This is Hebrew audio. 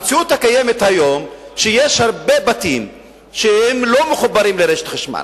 המציאות הקיימת היום היא שיש הרבה בתים שלא מחוברים לרשת חשמל,